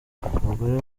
abagore